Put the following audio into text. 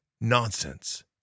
Nonsense